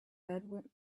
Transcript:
bedroom